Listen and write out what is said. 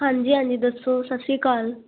ਹਾਂਜੀ ਹਾਂਜੀ ਦੱਸੋ ਸਤਿ ਸ਼੍ਰੀ ਅਕਾਲ